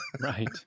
right